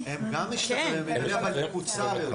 אבל האם העונש שאנחנו כמדינת ישראל יודעים לתת לעבירה חמורה כזאת,